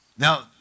Now